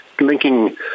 linking